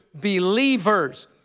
believers